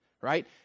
right